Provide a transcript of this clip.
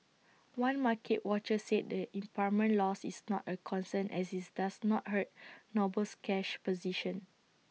one market watcher said the impairment loss is not A concern as IT does not hurt Noble's cash position